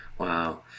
wow